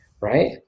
right